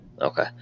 Okay